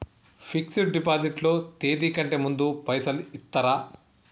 Fix డ్ deposit లో తేది కంటే ముందే పైసలు ఇత్తరా?